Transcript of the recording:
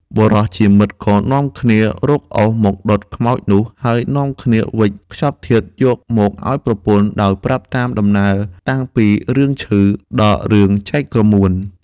បុរសជាមិត្តក៏នាំគ្នារកអុសមកដុតខ្មោចនោះ ហើយនាំគ្នាវេចខ្ចប់ធាតុយកមកឲ្យប្រពន្ធ ដោយប្រាប់តាមដំណើរតាំងពីរឿងឈឺ ដល់រឿងចែកក្រមួន។